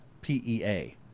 P-E-A